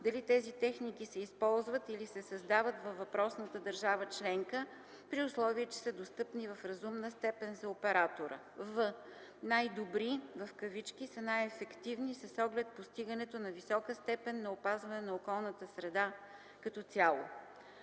дали тези техники се използват, или се създават във въпросната държава членка, при условие че са достъпни в разумна степен за оператора; в) „най-добри“ са най-ефективни с оглед постигането на висока степен на опазване на околната среда като цяло.”;